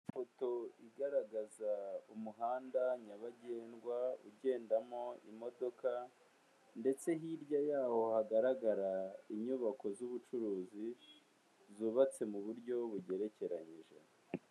Ifoto igaragaza umuhanda nyabagendwa ugendamo imodoka ndetse hirya yaho hagaragara inyubako z'ubucuruzi zubatse mu buryo bugerekeranyije.